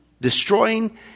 destroying